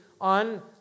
on